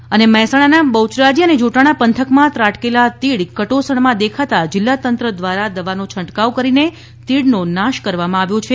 મહેસાણા તીડ મહેસાણાના બહ્યરાજી અને જોટાણા પંથકમાં ત્રાટકેલા તીડ કટોસણમાં દેખાતા જીલ્લા તંત્ર ધ્વારા દવાનો છંટકાવ કરીને તીડનો નાશ કરવામાં આવ્યો છે